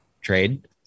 trade